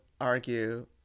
argue